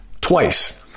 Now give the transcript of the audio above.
twice